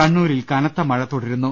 കണ്ണൂരിൽ കനത്ത മഴ തുടരുന്നു